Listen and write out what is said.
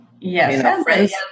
Yes